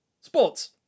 sports